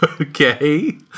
Okay